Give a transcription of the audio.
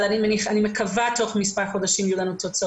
אני מבקשת שכבר כאשר יש את המסקנות